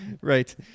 Right